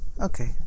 Okay